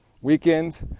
weekends